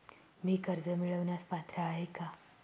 मी कर्ज मिळवण्यास पात्र आहे का?